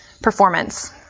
Performance